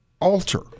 alter